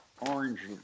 orange